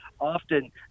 often